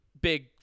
Big